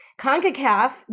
CONCACAF